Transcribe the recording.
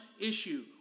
issue